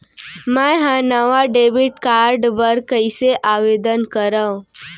मै हा नवा डेबिट कार्ड बर कईसे आवेदन करव?